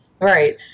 Right